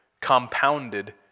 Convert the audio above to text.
compounded